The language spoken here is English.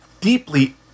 deeply